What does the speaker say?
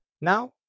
now